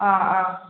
ആ ആ